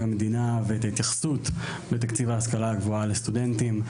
המדינה ואת ההתייחסות בתקציב ההשכלה הגבוהה לסטודנטים.